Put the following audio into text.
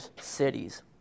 cities